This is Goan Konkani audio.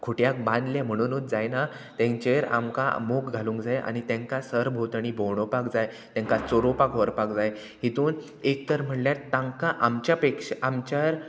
खुट्याक बांदलें म्हणुनूच जायना तेंचेर आमकां मोग घालूंक जाय आनी तेंकां सरभोवतणी भोंवडोपाक जाय तेंकां चोरोवपाक व्हरपाक जाय हितून एक तर म्हणल्यार तांकां आमच्या पेक्षा आमच्या